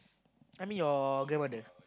I mean your grandmother